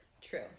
True